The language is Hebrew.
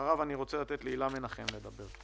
אחריו אני רוצה לתת להילה מנחם לדבר.